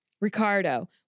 Ricardo